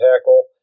tackle